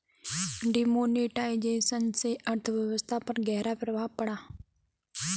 demonetisation से अर्थव्यवस्था पर ग़हरा प्रभाव पड़ा